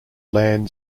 land